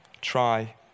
try